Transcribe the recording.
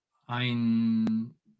ein